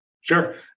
Sure